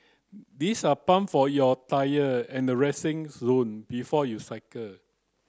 these are pump for your tyre at the resting zone before you cycle